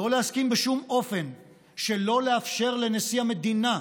לא להסכים בשום אופן שלא לאפשר לנשיא המדינה,